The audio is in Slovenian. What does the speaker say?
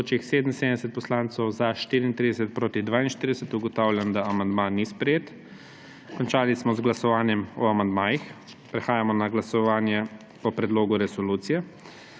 (Za je glasovalo 34.) (Proti 42.) Ugotavljam, da amandma ni sprejet. Končali smo z glasovanjem o amandmajih. Prehajamo na glasovanje o predlogu resolucije.